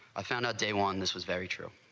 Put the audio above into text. i found a day one. this was very true.